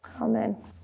amen